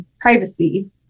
privacy